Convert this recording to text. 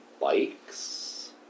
bikes